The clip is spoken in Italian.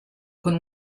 con